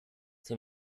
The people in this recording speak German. dem